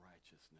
righteousness